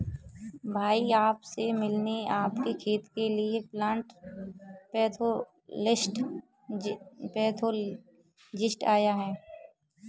भैया आप से मिलने आपके खेत के लिए प्लांट पैथोलॉजिस्ट आया है